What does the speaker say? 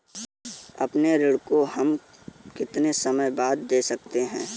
अपने ऋण को हम कितने समय बाद दे सकते हैं?